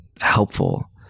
helpful